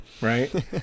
right